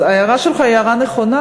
אז ההערה שלך היא הערה נכונה,